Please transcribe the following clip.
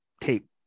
tape